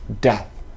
death